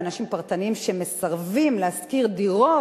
אנשים פרטניים שמסרבים להשכיר דירות,